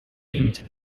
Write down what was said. eelmise